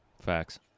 Facts